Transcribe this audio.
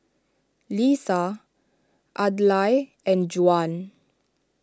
Leesa Adlai and Juwan